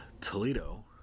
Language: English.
Toledo